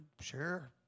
sure